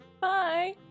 Bye